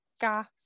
gas